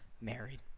married